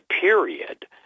period